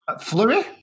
Flurry